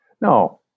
No